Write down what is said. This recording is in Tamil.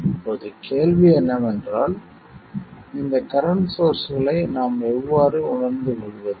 இப்போது கேள்வி என்னவென்றால் இந்த கரண்ட் சோர்ஸ்களை நாம் எவ்வாறு உணர்ந்து கொள்வது